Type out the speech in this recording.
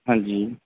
ਹਾਂਜੀ